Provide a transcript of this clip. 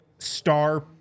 star